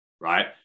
Right